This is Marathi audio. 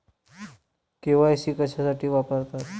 के.वाय.सी कशासाठी वापरतात?